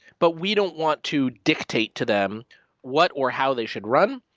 but we don't want to dictate to them what or how they should run.